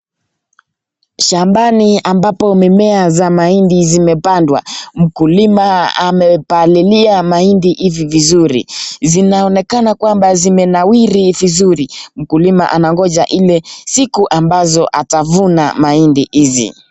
Shambani ambapo mimea ya mahindi imepandwa .Mkulima amepalilia mahidi vizuri. Zinaonekana zimenawiri viruzi. Mkulima anaongoja siku atavuna mahindi hizi.